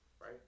right